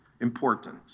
important